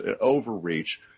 overreach